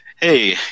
hey